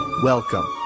Welcome